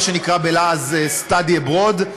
מה שנקרא בלעז study abroad,